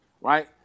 Right